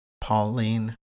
Pauline